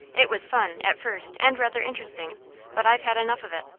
it was fun, at first, and rather interesting but i've had enough of it.